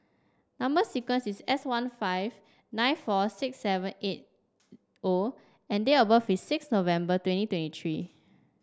number sequence is S one five nine four six seven eight O and date of birth is six November twenty twenty three